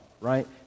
Right